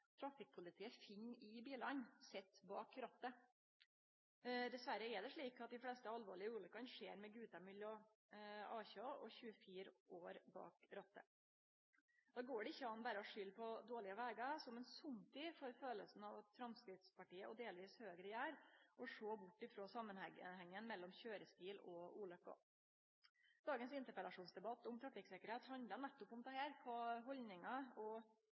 trafikkpolitiet finn i bilane, sit bak rattet. Dessverre er det slik at dei fleste alvorlege ulukkene skjer med gutar mellom 18 og 24 år bak rattet. Då går det ikkje an berre å skulde på dårlege vegar, som ein somtid får kjensla av at Framstegspartiet og delvis Høgre gjer, og sjå bort frå samanhengen mellom køyrestil og ulukker. Dagens interpellasjonsdebatt om trafikksikkerheit handlar nettopp om dette, kva haldningar og